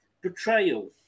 betrayal